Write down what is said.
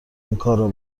اینکارا